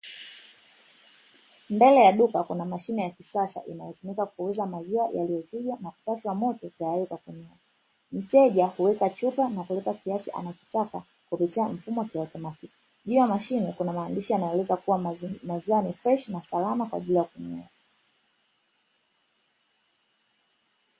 Mbele ya duka, kuna mashine ya kisasa inayotumika kuuza maziwa yaliyochujwa na kupashwa moto tayari kwa kunywewa. Mteja huweka chupa na kulipa kiasi anachokitaka kupitia mfumo wa kiautomatiki. Juu ya mashine, kuna maandishi yanayoeleza kuwa maziwa ni freshi na salama kwa ajili ya kunywewa.